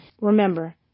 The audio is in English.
remember